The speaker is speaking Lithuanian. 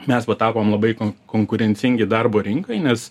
mes patapom labai konkurencingi darbo rinkai nes